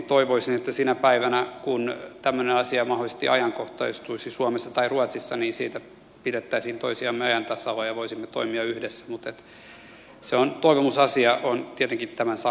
toivoisin että sinä päivänä kun tämmöinen asia mahdollisesti ajankohtaistuisi suomessa tai ruotsissa siitä pidettäisiin toisiamme ajan tasalla ja voisimme toimia yhdessä mutta se on toivomusasia olen tietenkin sanonut tämän kollegalleni